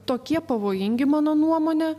tokie pavojingi mano nuomone